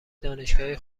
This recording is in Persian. دانشگاهی